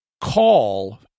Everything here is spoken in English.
call